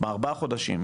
בארבעה חודשים,